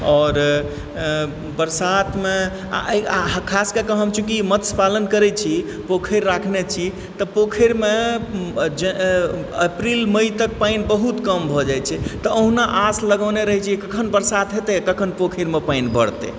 आओर बरसातमे आ खासके कऽ चुँकि हम मत्स्यपालन करय छी पोखरि राखने छी तऽ पोखरिमे अप्रैल मई तक पानि बहुत कम भऽ जाइ छै तऽ ओहुना आस लगओने रहय छी कि कखन बरसात हेतय आ कखन पोखरिमे पानि भरतय